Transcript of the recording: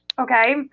okay